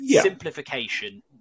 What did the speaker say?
simplification